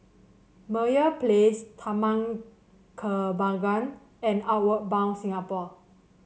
Meyer Place Taman Kembangan and Outward Bound Singapore